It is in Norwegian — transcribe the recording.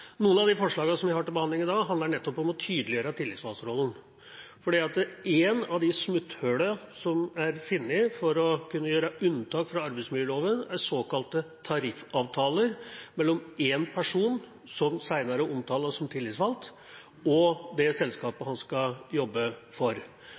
Noen av de forslagene som vi har til behandling i dag, handler nettopp om å tydeliggjøre tillitsvalgtrollen, for et av de smutthullene som er funnet for å kunne gjøre unntak fra arbeidsmiljøloven, er såkalte tariffavtaler mellom én person, som senere omtales som tillitsvalgt, og det selskapet